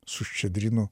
su ščedrinu